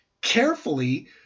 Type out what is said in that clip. carefully